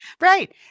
Right